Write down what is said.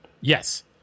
Yes